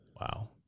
Wow